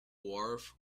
wharf